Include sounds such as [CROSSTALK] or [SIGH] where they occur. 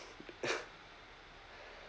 [NOISE]